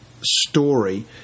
story